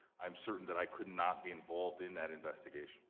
i'm certain that i could not be involved in that investigation.